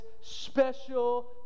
special